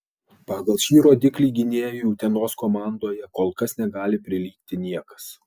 pagal šį rodiklį gynėjui utenos komandoje kol kas negali prilygti niekas